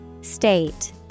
State